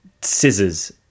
scissors